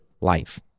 life